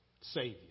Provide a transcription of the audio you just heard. Savior